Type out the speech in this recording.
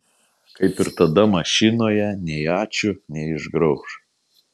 kaip ir tada mašinoje nei ačiū nei išgrauš